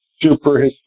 super